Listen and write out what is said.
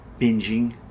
Binging